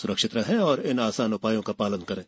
स्रक्षित रहें और इन आसान उ ायों का शालन करें